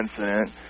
incident